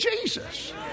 Jesus